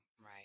Right